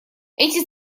эти